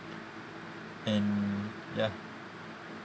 and ya